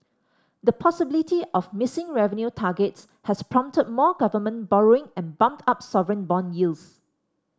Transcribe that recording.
the possibility of missing revenue targets has prompted more government borrowing and bumped up sovereign bond yields